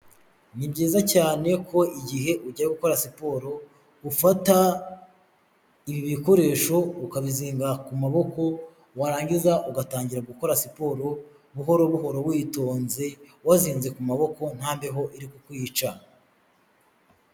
Ni byiza cyane ko igihe ujya gukora siporo ufata ibi bikoresho ukabizinga ku maboko, warangiza ugatangira gukora siporo buhoro buhoro witonze, wazinze ku maboko nta mbeho iri ku kwica.